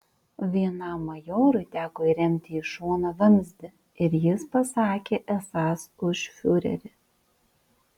vienam majorui teko įremti į šoną vamzdį ir jis pasakė esąs už fiurerį